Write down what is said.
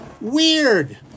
Weird